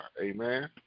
Amen